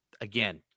again